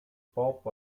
pop